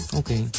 okay